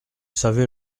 savez